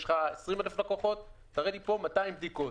יש לך 20,000 לקוחות תראה לי 200 בדיקות.